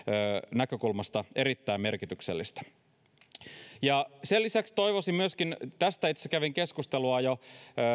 näkökulmasta erittäin merkityksellistä sen lisäksi toivoisin myöskin tästä itse asiassa kävin keskustelua jo